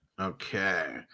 okay